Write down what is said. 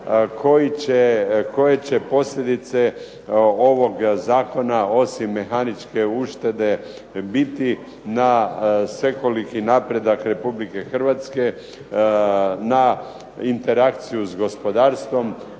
koje će posljedice ovog zakona, osim mehaničke uštede biti na svekoliki napredak Republike Hrvatske, na interakciju s gospodarstvom,